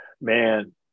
Man